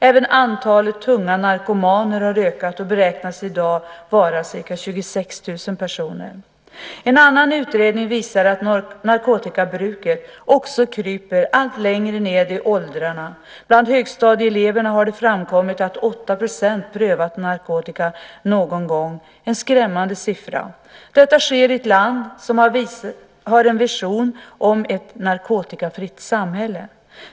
Även antalet tunga narkomaner har ökat och beräknas vara i dag ca 26 000 personer. En annan utredning visar att narkotikabruket också kryper allt längre ned i åldrarna. Bland högstadieeleverna har det framkommit att 8 % prövat narkotika någon gång. Det är en skrämmande siffra. Detta sker i ett land som har en vision om ett narkotikafritt samhälle.